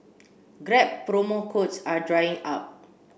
grab promo codes are drying up